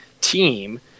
team